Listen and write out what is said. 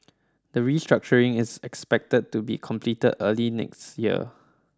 the restructuring is expected to be completed early next year